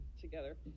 together